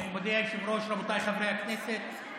מכובדי היושב-ראש, רבותיי חברי הכנסת,